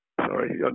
Sorry